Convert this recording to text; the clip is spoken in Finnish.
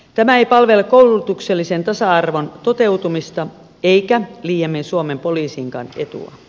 tämä ei palvele koulutuksellisen tasa arvon toteutumista eikä liiemmin suomen poliisinkaan etua